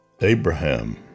Abraham